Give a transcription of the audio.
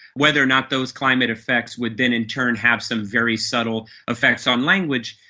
whether or not those climate effects would then in turn have some very subtle effects on language,